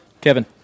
Kevin